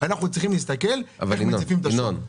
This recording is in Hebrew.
ואנחנו צריכים לראות איך מציפים את השוק.